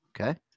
okay